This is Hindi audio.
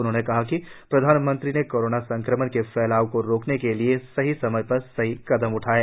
उन्होंने कहा कि प्रधानमंत्री ने कोरोना संक्रमण के फैलाव को रोकने के लिए सही समय पर सही कदम उठाये